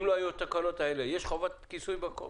אם לא היו התקלות האלה, יש חובת כיסוי בחוק?